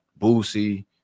Boosie